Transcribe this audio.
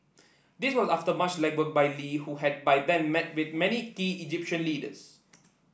this was after much legwork by Lee who had by then met with many key Egyptian leaders